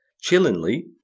Chillingly